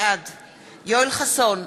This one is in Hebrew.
בעד יואל חסון,